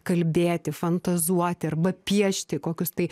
kalbėti fantazuoti arba piešti kokius tai